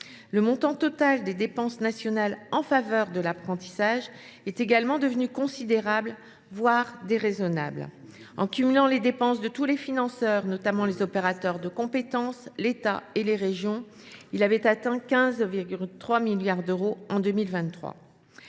Le montant total des dépenses nationales en faveur de l’apprentissage est du reste devenu considérable, voire déraisonnable. En cumulant les dépenses de tous les financeurs, notamment des opérateurs de compétences, l’État et les régions, il atteignait 15,3 milliards d’euros en 2023.